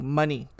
money